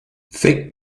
thick